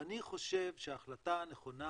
ואני חושב שההחלטה הנכונה